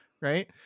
right